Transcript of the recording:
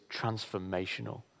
transformational